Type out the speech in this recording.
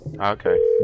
Okay